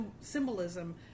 symbolism